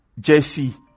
Jesse